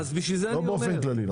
לא באופן כללי.